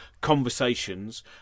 conversations